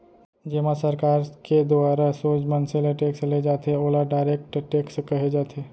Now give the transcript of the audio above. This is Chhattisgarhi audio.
जेमा सरकार के दुवारा सोझ मनसे ले टेक्स ले जाथे ओला डायरेक्ट टेक्स कहे जाथे